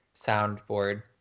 soundboard